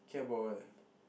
care about what